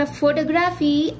photography